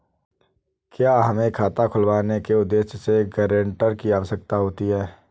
क्या हमें खाता खुलवाने के उद्देश्य से गैरेंटर की आवश्यकता होती है?